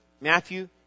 Matthew